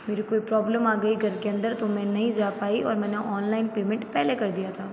मेरी कोई प्रॉब्लम आ गई घर के अंदर तो मैं नहीं जा पाई और मैंने ओनलाइन पेमेंट पहले कर दिया था